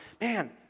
man